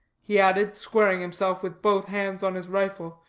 he added, squaring himself with both hands on his rifle,